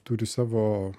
turi savo